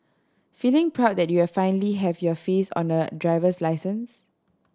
feeling proud that you are finally have your face on a driver's license